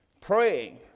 Praying